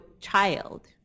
child